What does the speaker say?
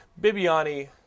Bibiani